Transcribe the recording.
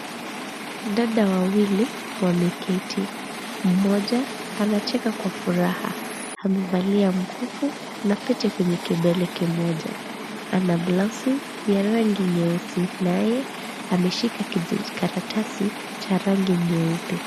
Dada wawili wameketi. Mmoja anacheka kwa furaha amevalia mkufu na pete kwenye kidole kimoja. Ana blausi ya rangi nyeusi naye ameshika kijikaratasi cha rangi nyeupe.